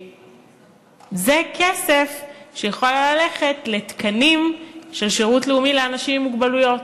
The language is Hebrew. זה כסף שיכול היה ללכת לתקנים של שירות לאומי לאנשים עם מוגבלויות,